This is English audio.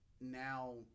now